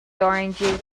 oranges